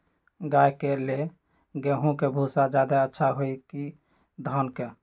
गाय के ले गेंहू के भूसा ज्यादा अच्छा होई की धान के?